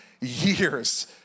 years